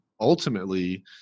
ultimately